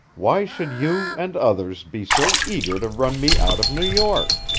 why should you, and others, be so eager to run me out of new york?